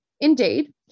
Indeed